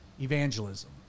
evangelism